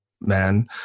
man